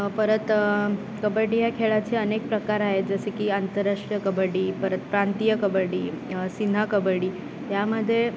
परत कबड्डी या खेळाचे अनेक प्रकार आहेत जसे की आंतरराष्ट्रीय कबड्डी परत प्रांतीय कबड्डी सिन्हा कबडी यामध्ये